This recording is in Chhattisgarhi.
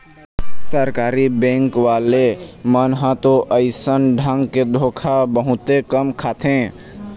सरकारी बेंक वाले मन ह तो अइसन ढंग के धोखा बहुते कम खाथे